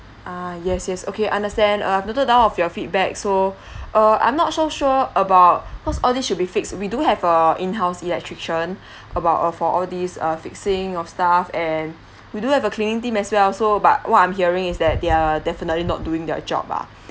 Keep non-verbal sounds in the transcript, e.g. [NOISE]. ah yes yes okay understand uh I have noted down of your feedback so [BREATH] uh I'm not so sure about cause all this should be fixed we do have a in house electrician [BREATH] about uh for all these uh fixing of stuff and we do have a cleaning team as well so but what I'm hearing is that they're definitely not doing their job ah